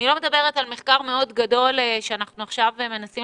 אני לא מדברת על מחקר מאוד גדול שאנחנו עכשיו מנסים